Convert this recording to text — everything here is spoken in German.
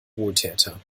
wohltäter